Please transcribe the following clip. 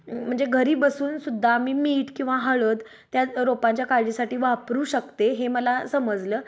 म्हणजे घरी बसूनसुद्धा आम्ही मीठ किंवा हळद त्या रोपांच्या काळजीसाठी वापरू शकते हे मला समजलं